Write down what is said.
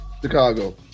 Chicago